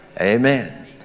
Amen